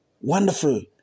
Wonderful